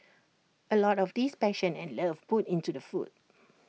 A lot of this passion and love put into the food